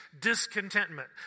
discontentment